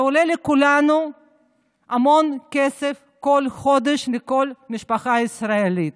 שעולה לכולנו המון כסף כל חודש לכל משפחה ישראלית,